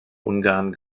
ungarn